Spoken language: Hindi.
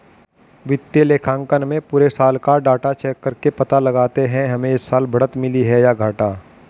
वित्तीय लेखांकन में पुरे साल का डाटा चेक करके पता लगाते है हमे इस साल बढ़त मिली है या घाटा